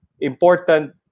important